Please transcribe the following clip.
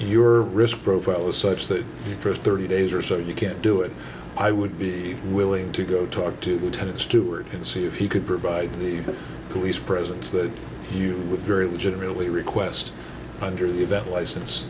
your risk profile is such that the first thirty days or so you can't do it i would be willing to go talk to ted steward and see if he could provide the police presence that you would very legitimately request under the event license